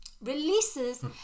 releases